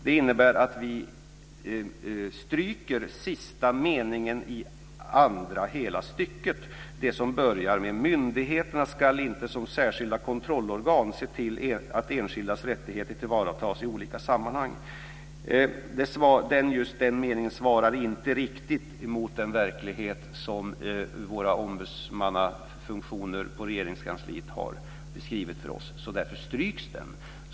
Det innebär att vi stryker sista meningen i andra stycket: "Myndigheterna ska inte, som särskilda kontrollorgan, se till att enskildas rättigheter tillvaratas i olika sammanhang." Just den meningen svarar inte riktigt mot den verklighet som våra ombudsmannafunktioner i Regeringskansliet har beskrivit för oss. Därför stryks den.